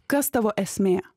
kas tavo esmė